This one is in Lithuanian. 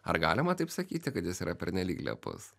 ar galima taip sakyti kad jis yra pernelyg lepus